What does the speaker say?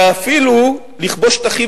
ואפילו לכבוש שטחים,